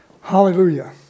Hallelujah